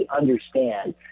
understand